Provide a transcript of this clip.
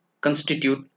constitute